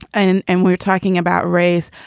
and and we're talking about race.